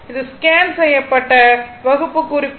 இது ஸ்கேன் செய்யப்பட்ட வகுப்பு குறிப்புகள்